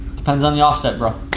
depends on the offset.